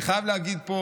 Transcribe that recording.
אני חייב להגיד פה,